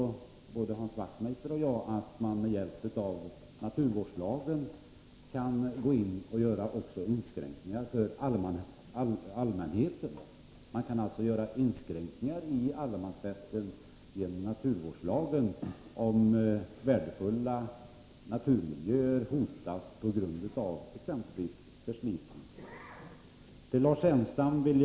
Både Hans Wachtmeister och jag vet att man med hjälp av naturvårdslagen också kan göra inskränkningar i allemansrätten för allmänheten, om värdefulla naturmiljöer hotas av exempelvis förslitning.